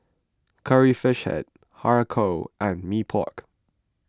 Curry Fish Head Har Kow and Mee Pok